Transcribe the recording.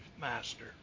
master